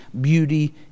beauty